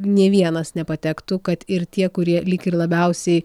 nė vienas nepatektų kad ir tie kurie lyg ir labiausiai